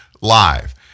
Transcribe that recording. Live